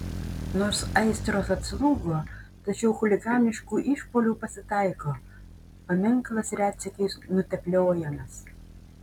nors aistros atslūgo tačiau chuliganiškų išpuolių pasitaiko paminklas retsykiais nutepliojamas